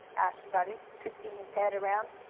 asked bunny, twisting his head around.